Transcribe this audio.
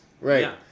Right